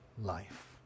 life